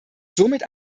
somit